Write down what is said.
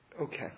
Okay